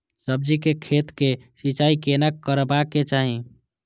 सब्जी के खेतक सिंचाई कोना करबाक चाहि?